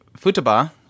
Futaba